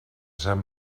sant